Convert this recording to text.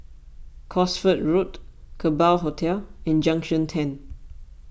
Cosford Road Kerbau Hotel and Junction ten